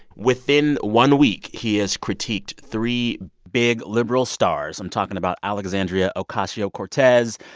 within one week, he has critiqued three big liberal stars. i'm talking about alexandria ocasio-cortez,